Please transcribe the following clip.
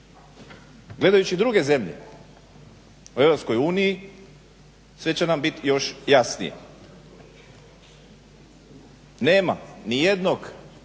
Gledajući druge zemlje u Europskoj uniji sve će nam biti još jasnije. Nema nijednog